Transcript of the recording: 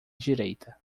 direita